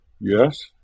Yes